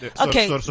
Okay